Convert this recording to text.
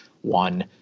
One